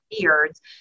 beards